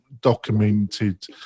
documented